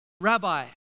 rabbi